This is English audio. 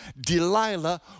Delilah